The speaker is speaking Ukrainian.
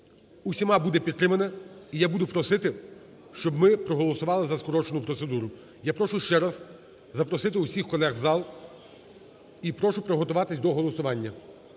усіма буде підтримане і я буду просити, щоб ми проголосували за скорочену процедуру. Я прошу ще раз запросити усіх колег в зал і прошу приготуватись до голосування,